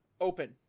open